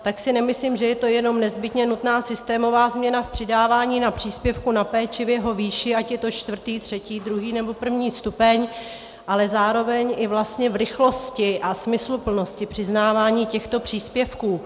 Tak si nemyslím, že je to jenom nezbytně nutná systémová změna v přidávání na příspěvku na péči v jeho výši, ať je to čtvrtý, třetí, druhý nebo první stupeň, ale zároveň i vlastně v rychlosti a smysluplnosti přiznávání těchto příspěvků.